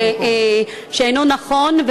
כגון אנשים שנמצאים בתקשורת היומיומית